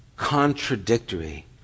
contradictory